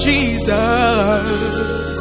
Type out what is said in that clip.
Jesus